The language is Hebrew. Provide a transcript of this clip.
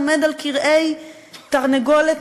העומד על כרעי תרנגולת,